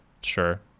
sure